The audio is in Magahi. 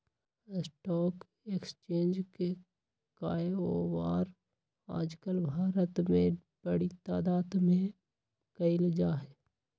स्टाक एक्स्चेंज के काएओवार आजकल भारत में बडी तादात में कइल जा हई